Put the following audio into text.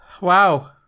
wow